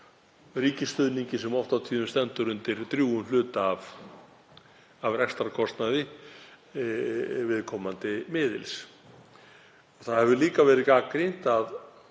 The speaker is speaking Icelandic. ríkisstuðningi sem oft á tíðum stendur undir drjúgum hluta af rekstrarkostnaði viðkomandi miðils. Það hefur líka verið gagnrýnt að